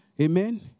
Amen